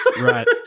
Right